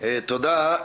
תודה.